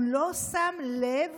הוא לא שם לב